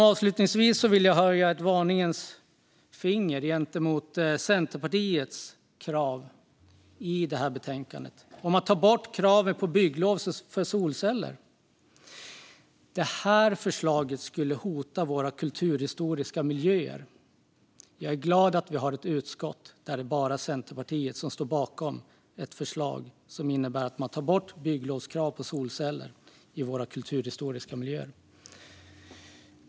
Avslutningsvis vill jag höja ett varningens finger gentemot Centerpartiets krav i betänkandet om att ta bort kravet på bygglov för solceller. Det här förslaget skulle hota våra kulturhistoriska miljöer. Jag är glad över att vi har ett utskott där det bara är Centerpartiet som står bakom ett förslag som innebär att man tar bort bygglovskrav på solceller i våra kulturhistoriska miljöer.